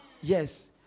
Yes